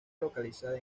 localizada